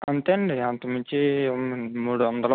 అంతే అండి అంతకుమించి ఇవ్వమండి మూడు వందలు